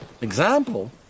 Example